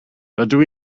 rydw